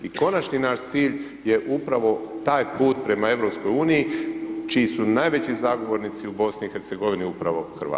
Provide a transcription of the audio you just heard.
I konačni naš cilj je upravo taj put prema EU čiji su najveći zagovornici u BIH, upravo Hrvati.